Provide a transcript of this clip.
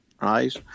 right